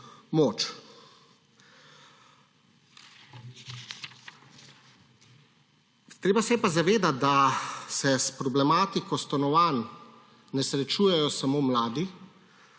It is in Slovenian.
moč. Treba se je zavedati, da se s problematiko stanovanj ne srečujejo samo mladi